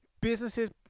Businesses